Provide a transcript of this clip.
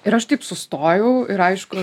ir aš taip sustojau ir aišku